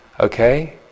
okay